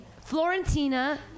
Florentina